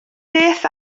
beth